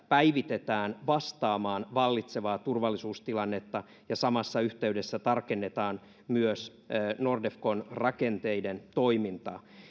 päivitetään vastaamaan vallitsevaa turvallisuustilannetta ja samassa yhteydessä tarkennetaan myös nordefcon rakenteiden toimintaa